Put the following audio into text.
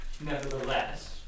Nevertheless